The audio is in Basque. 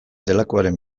delakoaren